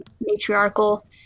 matriarchal